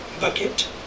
bucket